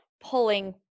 pulling